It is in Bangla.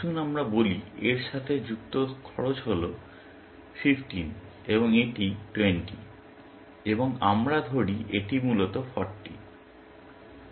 আসুন আমরা বলি এর সাথে যুক্ত খরচ হল 15 এবং এটি 20 এবং আমরা ধরি এটি মূলত 40